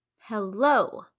Hello